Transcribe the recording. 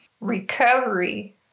recovery